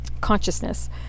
consciousness